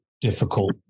difficult